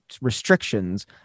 restrictions